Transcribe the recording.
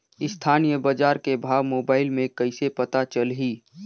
स्थानीय बजार के भाव मोबाइल मे कइसे पता चलही?